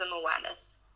awareness